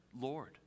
Lord